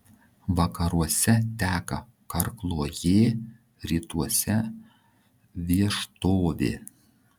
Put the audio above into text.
vakaruose teka karkluojė rytuose vieštovė